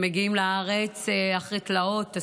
הם מגיעים לארץ אחרי תלאות,